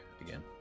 again